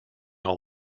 all